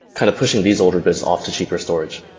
kind of pushing these older bits off to cheaper storage.